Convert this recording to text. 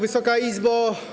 Wysoka Izbo!